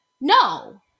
No